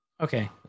okay